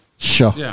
Sure